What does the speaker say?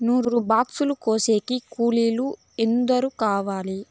నూరు బాక్సులు కోసేకి కూలోల్లు ఎందరు కావాలి?